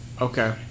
Okay